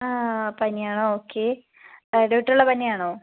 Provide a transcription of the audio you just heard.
അതെ പനി ആണോ ഓക്കെ ഇടവിട്ടുള്ള പനി ആണോ